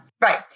Right